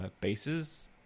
bases